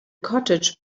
cottage